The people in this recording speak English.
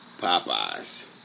Popeyes